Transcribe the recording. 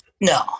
No